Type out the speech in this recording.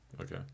Okay